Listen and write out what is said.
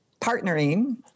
partnering